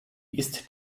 ist